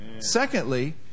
Secondly